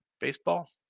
Baseball